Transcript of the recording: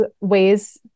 ways